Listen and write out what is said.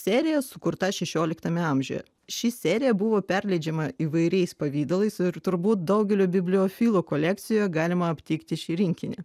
serija sukurta šešioliktame amžiuje ši serija buvo perleidžiama įvairiais pavidalais ir turbūt daugelio bibliofilų kolekcijoje galima aptikti šį rinkinį